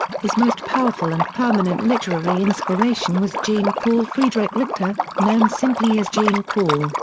his most powerful and permanent literary inspiration was jean paul friedrich richter, known simply as jean paul,